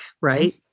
right